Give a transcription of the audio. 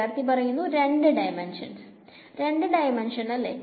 വിദ്യാർത്ഥി രണ്ട് ഡൈമെൻഷൻ രണ്ട് ഡൈമെൻഷൻ അല്ലേ